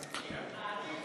שלוש דקות, אדוני,